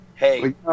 hey